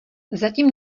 zatím